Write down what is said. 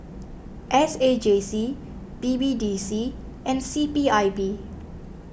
S A J C B B D C and C P I B